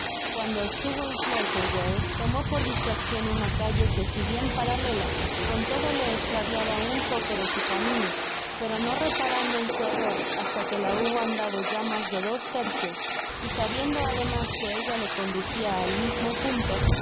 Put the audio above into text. cuando estuvo en clerkerwell tomó por distraccion una calle que si bien paralela con todo le estraviaba un poco de su camino pero no reparando en su error hasta que la hubo andado ya mas de dos tercios y sabiendo además que ella le conducia al mismo punto